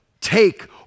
take